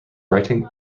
writing